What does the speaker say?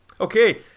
Okay